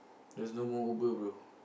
there's no more Uber bro